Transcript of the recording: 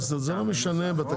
מי בעד?